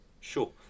Sure